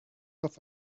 das